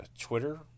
Twitter